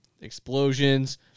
Explosions